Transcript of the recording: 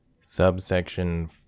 Subsection